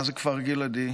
מה זה כפר גלעדי?